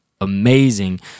amazing